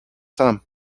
some